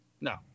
No